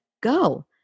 go